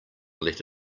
let